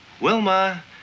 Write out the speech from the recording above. Wilma